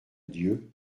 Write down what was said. dieu